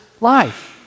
life